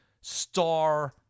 star